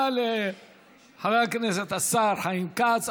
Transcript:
תודה לחבר הכנסת השר חיים כץ.